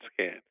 scan